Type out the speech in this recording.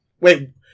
Wait